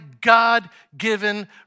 God-given